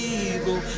evil